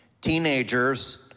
Teenagers